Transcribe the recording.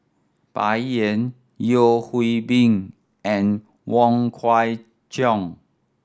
Bai Yan Yeo Hwee Bin and Wong Kwei Cheong